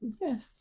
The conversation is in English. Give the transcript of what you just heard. Yes